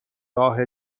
راه